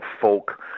folk